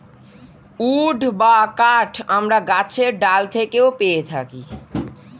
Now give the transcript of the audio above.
would বা কাঠ আমরা গাছের ডাল থেকেও পেয়ে থাকি